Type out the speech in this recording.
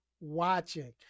watching